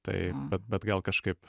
tai bet bet gal kažkaip